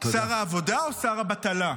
שר העבודה או שר הבטלה?